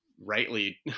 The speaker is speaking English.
rightly